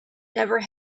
never